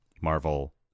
Marvel